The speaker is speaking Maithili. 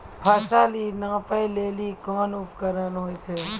फसल कऽ नापै लेली कोन उपकरण होय छै?